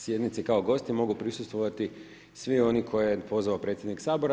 Sjednici kao gosti mogu prisustvovati svi oni koje je pozvao predsjednik Sabora.